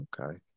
Okay